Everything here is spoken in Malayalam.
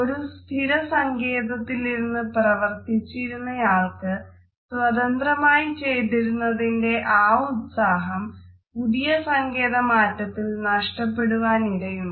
ഒരു സ്ഥിര സങ്കേതത്തിലിരുന്ന് പ്രവർത്തിച്ചിരുന്നയാൾക്ക് സ്വതന്ത്രമായി ചെയ്തിരുന്നതിന്റെ ആ ഉത്സാഹം പുതിയ സങ്കേത മാറ്റത്തിൽ നഷ്ടപ്പെടുവാനിടയുണ്ട്